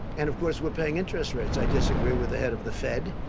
and, of course, we're paying interest rates. i disagree with the head of the fed.